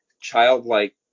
childlike